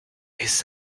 les